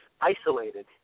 isolated